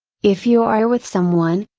if you are with someone,